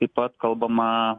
taip pat kalbama